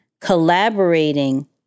collaborating